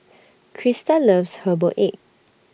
Christa loves Herbal Egg